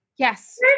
Yes